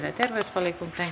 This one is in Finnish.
ja terveysvaliokuntaan